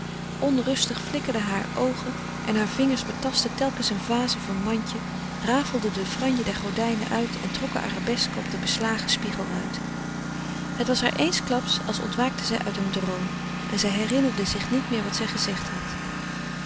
onrustig flikkerden hare oogen en hare vingeren betastten telkens een vaas of een mandje rafelden de franje der gordijnen uit of trokken arabesken op de beslagen spiegelruiten het was haar eensklaps als ontwaakte zij uit een droom en zij herinnerde zich niet meer wat zij gezegd had